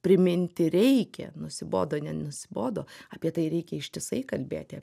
priminti reikia nusibodo nenusibodo apie tai reikia ištisai kalbėti